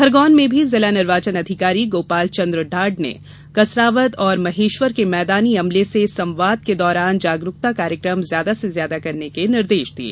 खरगोन में भी जिला निर्वाचन अधिकारी गोपाल चन्द्र ढाड ने कसरावद और महेश्वर के मैदानी अमले से संवाद के दौरान जागरूकता कार्यकम ज्यादा से ज्यादा करने के निर्देश दिये